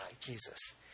Jesus